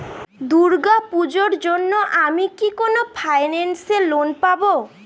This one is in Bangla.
দূর্গা পূজোর জন্য আমি কি কোন ফাইন্যান্স এ লোন পাবো?